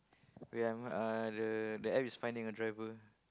wait ah uh the App is finding a driver